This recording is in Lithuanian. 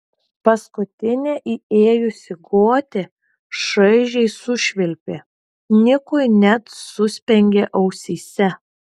paskutinė įėjusi gotė šaižiai sušvilpė nikui net suspengė ausyse